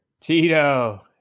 Tito